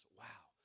wow